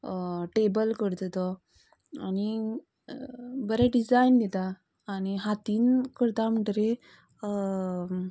table करता तो आनी बरें डिझायन दिता आनी हातीन करता म्हणटरे